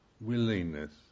willingness